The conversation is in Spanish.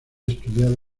estudiada